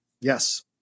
Yes